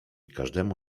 każdemu